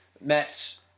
Mets